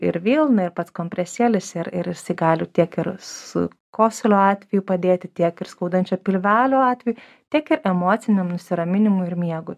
ir vilna ir pats kompresėlis ir ir jisai gali tiek ir su kosulio atveju padėti tiek ir skaudančio pilvelio atveju tiek ir emociniam nusiraminimui ir miegui